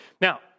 Now